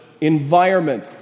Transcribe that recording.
environment